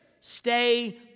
stay